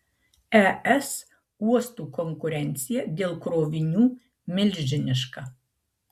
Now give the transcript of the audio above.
es uostų konkurencija dėl krovinių milžiniška